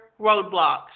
roadblocks